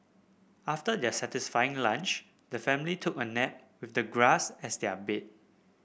after their satisfying lunch the family took a nap with the grass as their bed